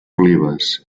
olives